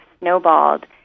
snowballed